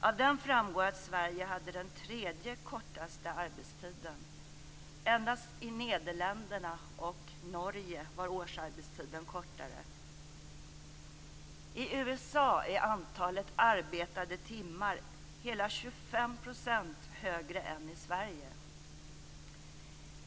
Av den framgår att Sverige hade den tredje kortaste arbetstiden. Endast i USA är antalet arbetade timmar hela 25 % större än i Sverige.